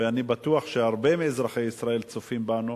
ואני בטוח שהרבה מאזרחי ישראל צופים בנו